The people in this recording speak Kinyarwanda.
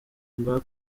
mba